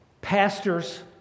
Pastors